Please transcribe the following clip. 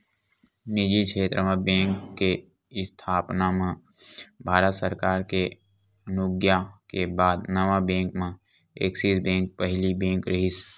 निजी छेत्र म बेंक के इस्थापना म भारत सरकार के अनुग्या के बाद नवा बेंक म ऐक्सिस बेंक पहिली बेंक रिहिस